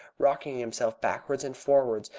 rocking himself backwards and forwards,